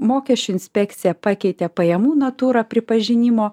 mokesčių inspekcija pakeitė pajamų natūrą pripažinimo